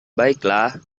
baiklah